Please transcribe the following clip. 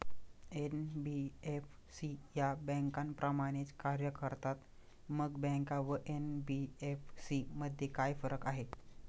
NBFC या बँकांप्रमाणेच कार्य करतात, मग बँका व एन.बी.एफ.सी मध्ये काय फरक आहे?